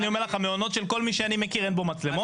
אני אומר לך המעונות של כל מי שאני מכיר אין בהם מצלמות,